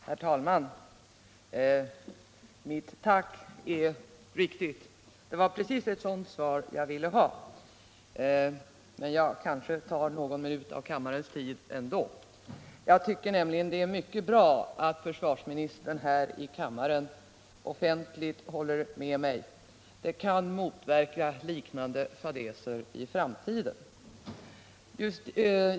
Herr talman! Mitt tack är uppriktigt menat. Det var precis ett sådant svar jag ville ha. Men jag kanske i alla fall skall ta någon minut av kammarens tid i anspråk. Jag tycker nämligen att det är mycket bra att försvarsministern här i kammaren offentligt håller med mig, för det kan motverka uppkomsten av liknande fadäser i framtiden.